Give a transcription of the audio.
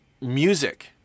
music